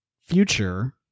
future